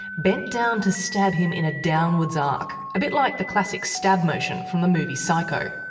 bent down to stab him in a downwards arc, a bit like the classic stab motion from the movie psycho.